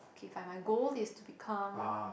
okay if my goal is to become